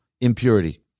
impurity